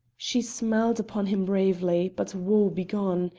she smiled upon him bravely, but woe-begone,